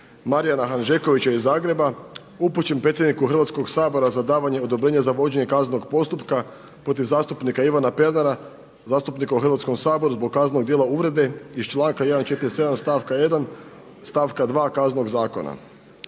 Marijana Hanžekovića iz Zagreba upućen predsjedniku Hrvatskog sabora za davanje odobrenja za vođenje kaznenog postupka protiv zastupnika Ivana Pernara zastupnika u Hrvatskom saboru zbog kaznenog djela uvrede iz članka 147. stavka 1. stavka 2. Kaznenog zakona.